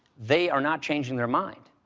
they are not changing their mind.